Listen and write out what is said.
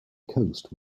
coast